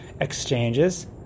exchanges